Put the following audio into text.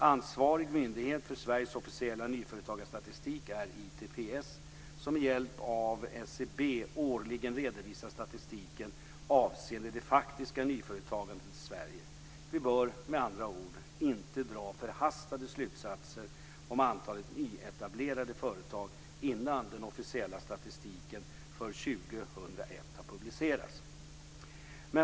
Ansvarig myndighet för Sveriges officiella nyföretagarstatistik är ITPS som med hjälp av SCB årligen redovisar statistiken avseende det faktiska nyföretagandet i Sverige. Vi bör med andra ord inte dra förhastade slutsatser om antalet nyetablerade företag innan den officiella statistiken för 2001 har publicerats.